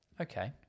Okay